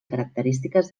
característiques